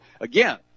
again